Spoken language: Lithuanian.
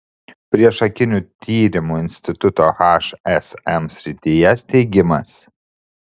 priešakinių tyrimų instituto hsm srityje steigimas